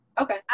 Okay